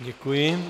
Děkuji.